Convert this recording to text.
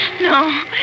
No